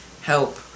help